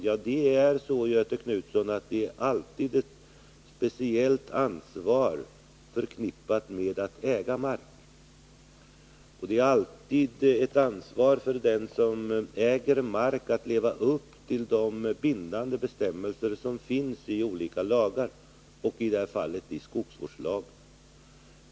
Ja, Göthe Knutson, det är alltid ett speciellt ansvar förknippat med att äga mark. Det är alltid ett ansvar för den som äger mark att leva upp till de bindande bestämmelser som finns i olika lagar — i det här fallet skogsvårdslagen.